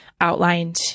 outlined